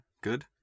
good